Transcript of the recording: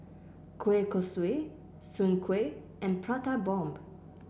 Kueh Kosui Soon Kueh and Prata Bomb